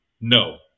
No